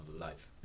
life